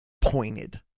pointed